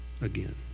again